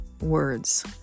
words